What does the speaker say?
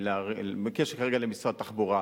כרגע, למשרד התחבורה,